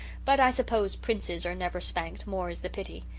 but i suppose princes are never spanked, more is the pity.